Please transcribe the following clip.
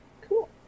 Cool